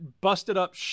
busted-up